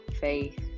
faith